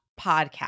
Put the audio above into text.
podcast